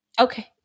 Okay